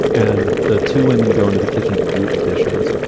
and the two women go into the kitchen to do the dishes.